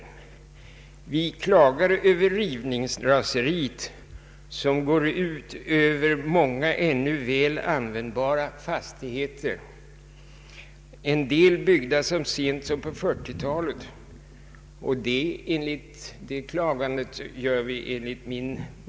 Vi klagar över rivningsraseriet som går ut över många ännu väl användbara fastigheter, en del byggda så sent som på 1940-talet.